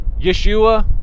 Yeshua